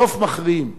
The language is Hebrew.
בסוף מכריעים.